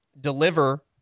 deliver